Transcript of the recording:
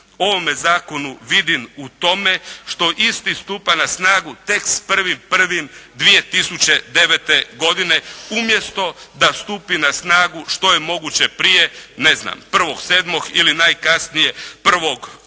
ovome zakonu vidim u tome što isti stupa na snagu tek s 1.1.2009. godine umjesto da stupi na snagu što je moguće prije, ne znam 1.7. ili najkasnije 1.8.